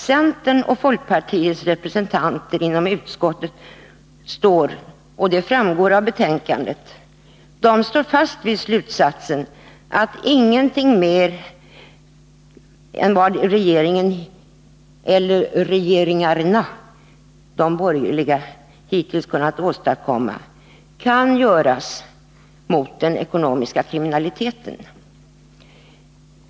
Centern och folkpartiets representanter inom utskottet står — det framgår av betänkandet — fast vid slutsatsen att ingenting mer än vad den borgerliga regeringen eller de borgerliga regeringarna hittills kunnat åstadkomma kan göras mot den ekonomiska kriminaliteten.